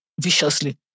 viciously